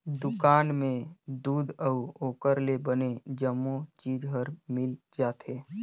दुकान में दूद अउ ओखर ले बने जम्मो चीज हर मिल जाथे